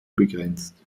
begrenzt